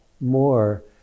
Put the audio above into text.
more